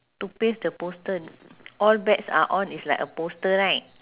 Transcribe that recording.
to paste the poster all bets are on it's like a poster right